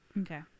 Okay